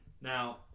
Now